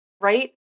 right